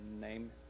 name